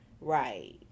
right